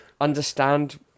understand